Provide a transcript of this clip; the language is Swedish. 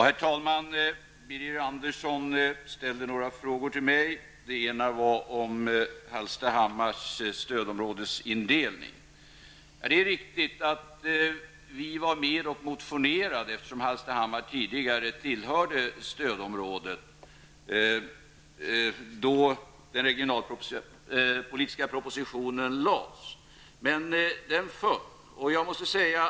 Herr talman! Birger Andersson ställde några frågor till mig. Den ena gällde Hallstahammars stödområdesindelning. Det är riktigt att vi var med och motionerade om detta, eftersom Hallstahammar tillhörde stödområdet då den regionalpolitiska propositionen lades fram. Men den gick inte igenom.